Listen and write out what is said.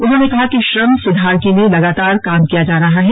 उन्होंने कहा कि श्रम सुधार के लिए लगातार काम किया जा रहा है